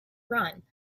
run